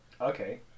Okay